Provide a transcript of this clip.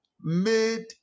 made